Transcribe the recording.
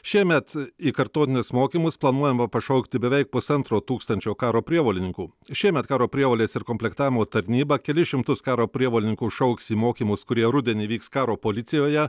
šiemet į kartotinius mokymus planuojama pašaukti beveik pusantro tūkstančio karo prievolininkų šiemet karo prievolės ir komplektavimo tarnyba kelis šimtus karo prievolininkų šauks į mokymus kurie rudenį vyks karo policijoje